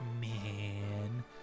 man